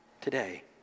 today